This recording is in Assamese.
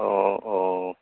অঁ অঁ